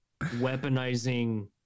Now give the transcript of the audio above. weaponizing